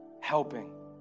helping